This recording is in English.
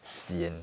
sian